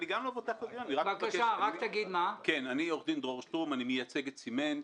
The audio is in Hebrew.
אני עו"ד דרור שטרום ואני מייצג את סימנט.